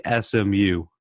SMU